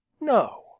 no